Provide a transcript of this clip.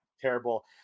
terrible